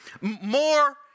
More